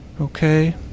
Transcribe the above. Okay